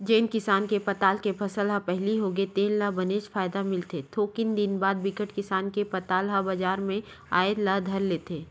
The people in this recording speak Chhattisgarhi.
जेन किसान के पताल के फसल ह पहिली होगे तेन ल बनेच फायदा मिलथे थोकिन दिन बाद बिकट किसान के पताल ह बजार म आए ल धर लेथे